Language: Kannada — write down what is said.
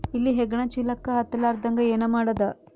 ಇಲಿ ಹೆಗ್ಗಣ ಚೀಲಕ್ಕ ಹತ್ತ ಲಾರದಂಗ ಏನ ಮಾಡದ?